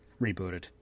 rebooted